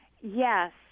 Yes